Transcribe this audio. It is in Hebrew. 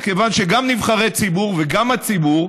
כיוון שגם נבחרי ציבור וגם הציבור,